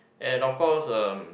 and of course uh